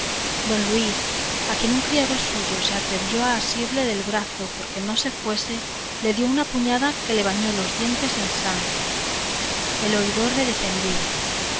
don luis a quien un criado suyo se atrevió a asirle del brazo porque no se fuese le dio una puñada que le bañó los dientes en sangre el oidor le defendía